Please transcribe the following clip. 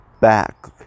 back